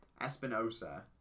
Espinosa